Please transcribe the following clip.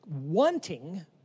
wanting